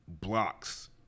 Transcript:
blocks